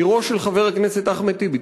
עירו של חבר הכנסת אחמד טיבי,